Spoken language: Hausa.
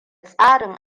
tsarin